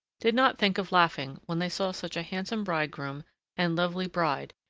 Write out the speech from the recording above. did not think of laughing when they saw such a handsome bridegroom and lovely bride,